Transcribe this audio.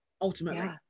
ultimately